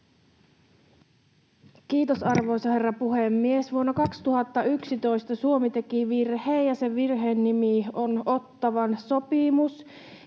Kiitos, arvoisa herra puhemies! Vuonna 2011 Suomi teki virheen, ja sen virheen nimi on Ottawan sopimus.